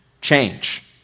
change